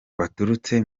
baturutse